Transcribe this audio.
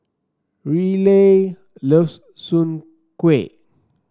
Riley loves Soon Kway